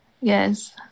yes